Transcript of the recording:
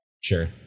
Sure